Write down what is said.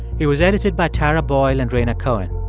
it was edited by tara boyle and rhaina cohen.